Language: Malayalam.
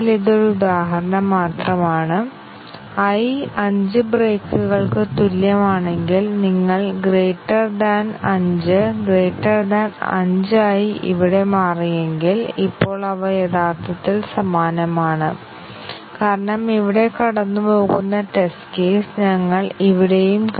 ഇപ്പോൾ നമുക്ക് സ്റ്റേറ്റ്മെന്റ് 6 നോക്കാം സ്റ്റേറ്റ്മെന്റ് 6 ൽ RHS ൽ പ്രത്യക്ഷപ്പെടുന്നതിനൊപ്പം LHS ൽ a ദൃശ്യമാകുന്നതിനാൽ വേരിയബിൾ a യുടെ ഡെഫിനീഷനും നമുക്ക് ഉണ്ട്